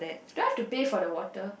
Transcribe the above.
try to pay for the water